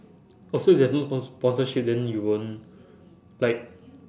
oh so if there's no spon~ sponsorship then you won't like